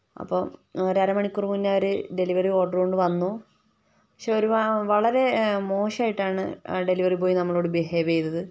അപ്പം ഒരരമണിക്കൂർ മുന്നെ അവർ ഡെലിവറി ഓർഡറും കൊണ്ടുവന്നു പക്ഷേ ഒരു വളരെ മോശമായിട്ടാണ് ഡെലിവറി ബോയ് നമ്മളോട് ബിഹേവ് ചെയ്തത്